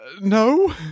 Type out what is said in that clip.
No